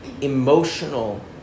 emotional